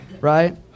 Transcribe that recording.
right